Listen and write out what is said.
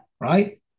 right